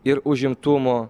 ir užimtumo